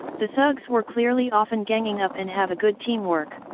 the thugs were clearly often ganging up and have a good teamwork.